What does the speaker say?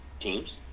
teams